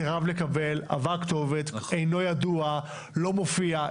סירב לקבל, עבר כתובת, אינו ידוע, לא מופיע.